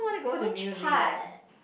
which part